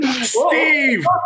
Steve